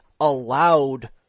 allowed